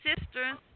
sisters